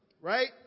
right